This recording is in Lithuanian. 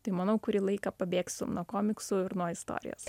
tai manau kurį laiką pabėgsiu nuo komiksų ir nuo istorijos